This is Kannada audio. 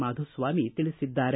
ಮಾಧುಸ್ವಾಮಿ ತಿಳಿಸಿದ್ದಾರೆ